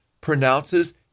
pronounces